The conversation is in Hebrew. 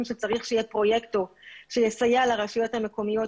שצריך פרויקטור שיסייע לרשויות המקומיות.